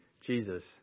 Jesus